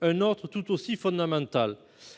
un autre tout aussi fondamental.